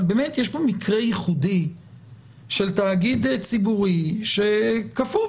אבל באמת יש פה מקרה ייחודי של תאגיד ציבורי שכפוף